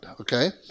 okay